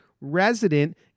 resident